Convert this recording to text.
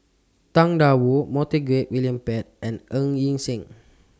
Tang DA Wu Montague William Pett and Ng Yi Sheng